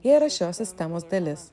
jie yra šios sistemos dalis